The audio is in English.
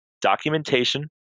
documentation